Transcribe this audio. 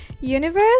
universe